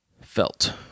felt